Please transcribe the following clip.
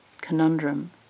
conundrum